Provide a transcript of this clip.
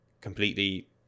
completely